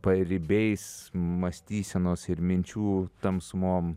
paribiais mąstysenos ir minčių tamsumom